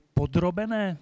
podrobené